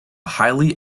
highly